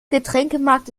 getränkemarkt